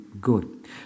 good